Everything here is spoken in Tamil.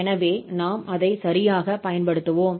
எனவே நாம் அதை சரியாகப் பயன்படுத்துவோம்